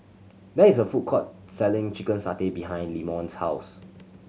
there is a food court selling chicken satay behind Leamon's house